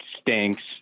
stinks